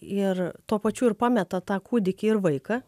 ir tuo pačiu ir pameta tą kūdikį ir vaiką